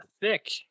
thick